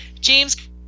James